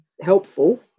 helpful